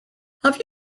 have